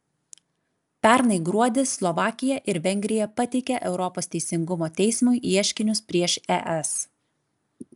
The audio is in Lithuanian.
pernai gruodį slovakija ir vengrija pateikė europos teisingumo teismui ieškinius prieš es